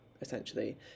essentially